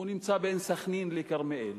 והוא נמצא בין סח'נין לכרמיאל.